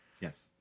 yes